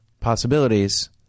possibilities